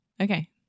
Okay